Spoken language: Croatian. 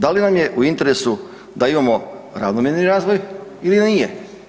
Da li nam je u interesu da imamo ravnomjerni razvoj ili nije?